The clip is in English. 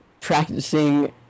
practicing